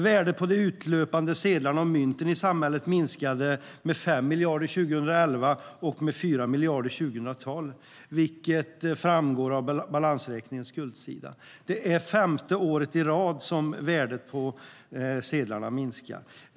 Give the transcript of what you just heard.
Värdet på utelöpande sedlar och mynt i samhället minskade med 5 miljarder 2011 och 4 miljarder 2012, vilket framgår av balansräkningens skuldsida. Det är femte året i rad som värdet på sedlarna minskar.